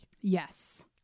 Yes